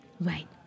Right